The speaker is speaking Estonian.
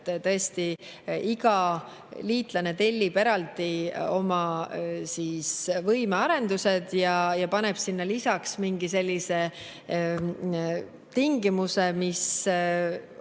Tõesti, iga liitlane tellib eraldi oma võimearendused ja paneb sinna lisaks mingi sellise tingimuse, mis